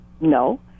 no